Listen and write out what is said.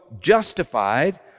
justified